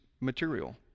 material